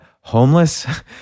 homeless